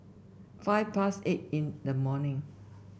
five past eight in the morning